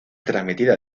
transmitida